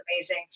amazing